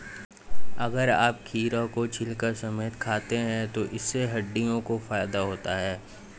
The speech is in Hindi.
अगर आप खीरा को छिलका समेत खाते हैं तो इससे हड्डियों को फायदा होता है